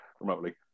remotely